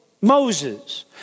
Moses